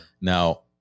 Now